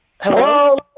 Hello